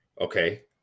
okay